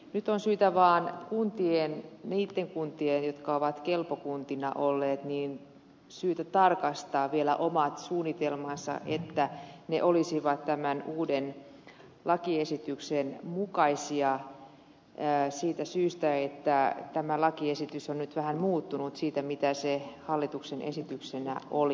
nyt on syytä vaan kuntien niitten kuntien jotka ovat kelpo kuntina olleet tarkastaa vielä omat suunnitelmansa että ne olisivat tämän uuden lakiesityksen mukaisia siitä syystä että tämä lakiesitys on nyt vähän muuttunut siitä mitä se hallituksen esityksenä oli